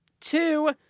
Two